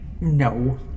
no